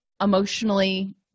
emotionally